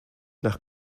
nach